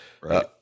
Right